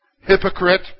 Hypocrite